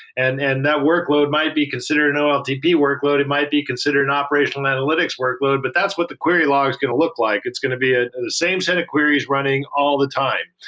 and and that workload might be considered an oltp workload. it might be considered an operational analytics workload. but that's what the query log is going to look like. it's going to be a same set of queries running all the time.